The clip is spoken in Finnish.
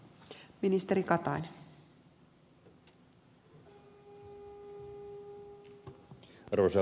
arvoisa rouva puhemies